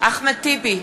אחמד טיבי,